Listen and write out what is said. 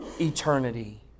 eternity